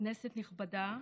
כנסת נכבדה,